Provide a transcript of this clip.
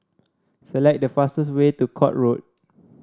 select the fastest way to Court Road